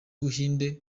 buhinde